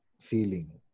feeling